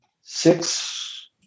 six